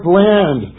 land